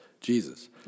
Jesus